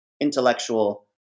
intellectual